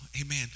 amen